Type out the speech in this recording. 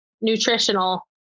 nutritional